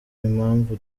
impamvu